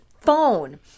phone